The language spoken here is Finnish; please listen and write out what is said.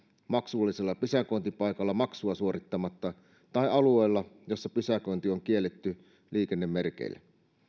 maksullisella pysäköintipaikalla maksua suorittamatta tai alueella jossa pysäköinti on kielletty liikennemerkeillä